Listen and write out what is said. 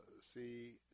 see